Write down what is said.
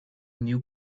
new